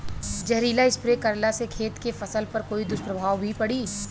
जहरीला स्प्रे करला से खेत के फसल पर कोई दुष्प्रभाव भी पड़ी?